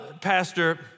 pastor